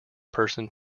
person